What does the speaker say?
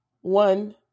one